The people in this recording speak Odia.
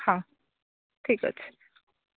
ହଁ ଠିକ୍ ଅଛି